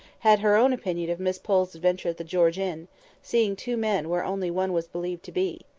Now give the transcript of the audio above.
had her own opinion of miss pole's adventure at the george inn seeing two men where only one was believed to be.